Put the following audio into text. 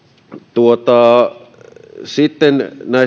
sitten